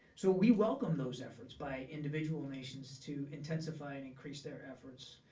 so we welcome those efforts by individual nations to intensify and increase their efforts.